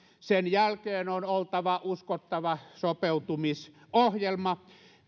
sen jälkeen on oltava uskottava sopeutumisohjelma